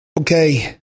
Okay